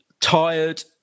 tired